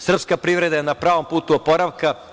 Srpska privreda je na pravom putu oporavka.